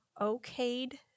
okayed